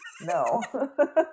no